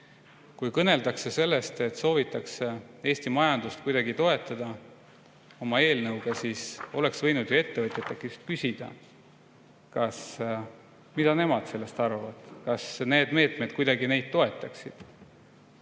Kui kõneldakse sellest, et soovitakse Eesti majandust kuidagi toetada oma eelnõuga, siis oleks võinud ju ettevõtjate käest küsida, mida nemad sellest arvavad. Kas need meetmed kuidagi neid toetaksid?